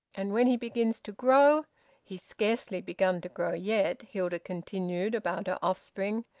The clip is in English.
and when he begins to grow he's scarcely begun to grow yet, hilda continued about her offspring,